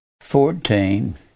fourteen